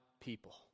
people